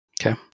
okay